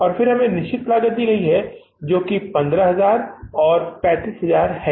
और फिर हमें निश्चित लागत दी जाती है जो कि 15000 और 35000 है